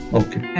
okay